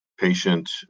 patient